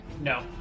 no